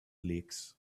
lakes